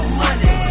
money